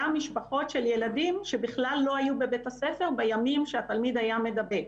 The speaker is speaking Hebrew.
משפחות של ילדים שבכלל לא היו בבית הספר בימים שהתלמיד היה מדבק.